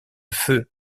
feu